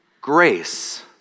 grace